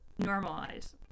normalize